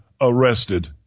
arrested